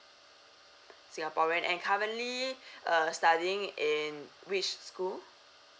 singaporean and currently uh studying in which school